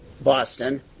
Boston